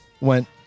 went